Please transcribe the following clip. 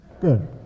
Good